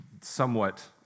somewhat